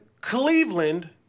Cleveland